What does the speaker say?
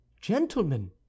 Gentlemen